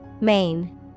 Main